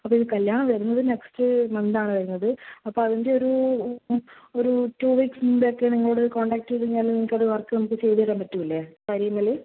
അപ്പോയിത് കല്യാണം വരുന്നത് നെക്സ്റ്റ് മന്താണ് വരുന്നത് അപ്പോൾ അതിൻറ്റെയൊരു ഒരു ടൂ വീക്സ് മുമ്പേക്കെ നിങ്ങളോട് കോൺടാക്ട് ചെയ്ത് കഴിഞ്ഞാൽ നിങ്ങൾക്കത് വർക്ക് കംപ്ലീറ്റ് ചെയ്ത് തരാൻ പറ്റൂലെ കാര്യങ്ങൾ